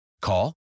Call